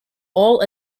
all